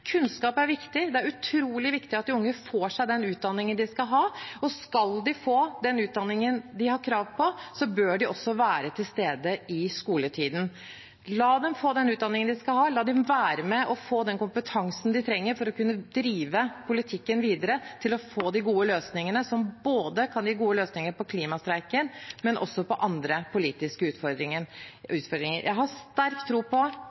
Kunnskap er viktig, det er utrolig viktig at de unge får den utdanningen de skal ha. Skal de få den utdanningen de har krav på, bør de også være til stede i skoletiden. La dem få den utdanningen de skal ha, la dem være med og få den kompetansen de trenger for å kunne drive politikken videre, til å få de gode løsningene, som kan gi gode løsninger på klimastreiken, men også på andre politiske utfordringer. Jeg har sterk tro på